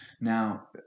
Now